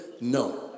No